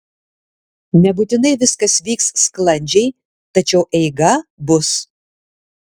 nebūtinai viskas vyks sklandžiai tačiau eiga bus